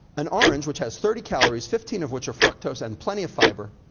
an orange, which has thirty calories, fifteen of which are fructose and plenty of fiber,